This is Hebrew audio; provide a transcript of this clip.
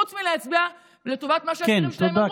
חוץ מלהצביע לטובת מה שהשרים שלהם אמרו,